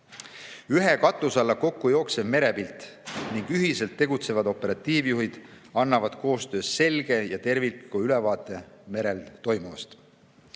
Ühe katuse alla kokku jooksev merepilt ning ühiselt tegutsevad operatiivjuhid annavad koostöös selge ja tervikliku ülevaate merel toimuvast.